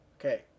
Okay